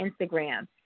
Instagram